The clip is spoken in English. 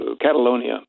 Catalonia